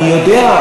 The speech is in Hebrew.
אני יודע.